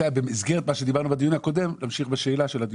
במסגרת מה שאמרנו בדיון הקודם אני רוצה להמשיך את השאלה.